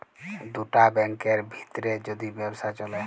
দুটা ব্যাংকের ভিত্রে যদি ব্যবসা চ্যলে